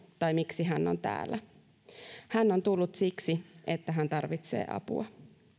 tai miksi hän on siellä hän on tullut siksi että hän tarvitsee apua